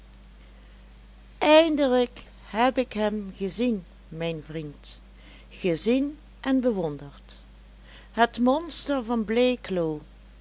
eindelijk heb ik hem gezien mijn vriend gezien en bewonderd het monster van bleekloo